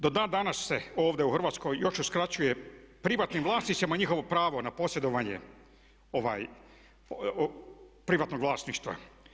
Do dan danas se ovdje u Hrvatskoj još uskraćuje privatnim vlasnicima njihovo pravo na posjedovanje privatnog vlasništva.